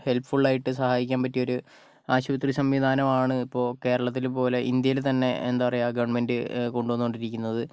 help ഫുള്ളായിട്ട് സഹായിക്കാൻ പറ്റിയൊരു ആശുപത്രി സംവിധാനമാണ് ഇപ്പോൾ കേരളത്തില് പോലെ ഇന്ത്യയില് തന്നെ എന്താ പറയുക ഗവണ്മെൻറ്റ് കൊണ്ടുവന്നുകൊണ്ടിരിക്കുന്നത്